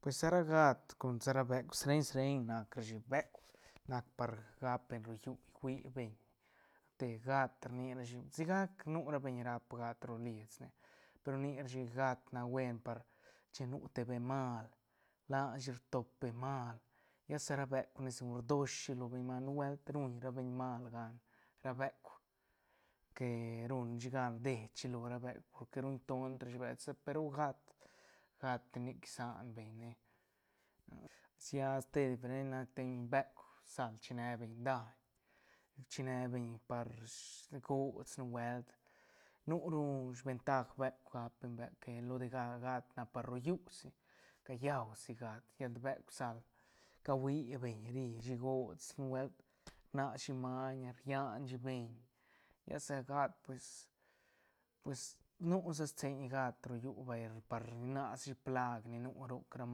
Pues sa ra gat con sa ra beuk sreñ-sreñ nac rashi beuk nac par gap beñ ro llú uibeñ te gat rni rashi sigac nu ra beñ rap gat rolisne per rni rashi gat nac buen chin nu te bee mal la shi rtop be mal lla sa ra beuk segun rdoshsi lo beñ mal nubuelt ruñ ra beñ mal gan ra beuk que ruñ shi gan rdichi lo ra beuk porque ruñ tonshi ra beuk pe ru gat- gat ti nic sabeñ ne sia ste diferen nac beuk sal chine beñ daiñ chine par gots nubuelt nu ru sben tag beuk gap beñ beuk que lo de ga- gat nac si par ro llú si callausi gat llet beuk sal cahui beñ rishi gots nubuelt rnashi maiñ llan shi beñ ya sa gat pues- pues nu sa seiñ gat ro llú vay par nashi plaag ni nu roc ra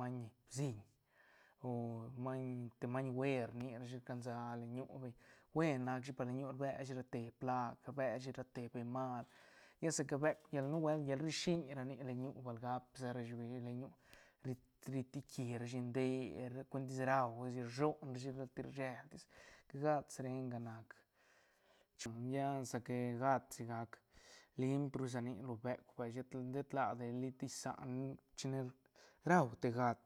maiñ bsiñ o maiñ te maiñ huer rni rashi rcansa le ñu beñ buen nac shi par le ñu beñ rbeshi ra te plaag rbeshi ra te bee mal lla sa ca beuk yal nubuelt yal rri shiin ranic len ñu bal gap sa ra shi beñ le- len ñu riti- riti kirashi nde cuentis raurashi rshon rashi lat ni rshel tis gat srenga nac chum ya ca que gat sigac limp ru sa nic lo beuk vay set- set ladi li tis san chine rau te gat